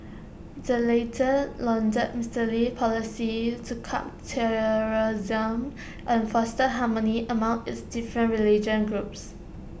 the latter lauded Mister Lee's policies to curb terrorism and foster harmony among its different religious groups